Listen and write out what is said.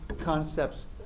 concepts